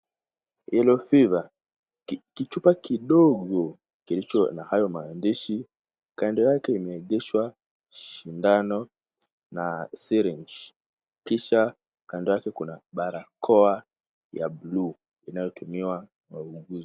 Yellow fever , kichupa kidogo kilicho na hayo maandishi, kando yake inaegeshwa sindano na syringe , kisha kando yake kuna barakoa ya buluu inayotumiwa kwa uuguzi.